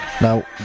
Now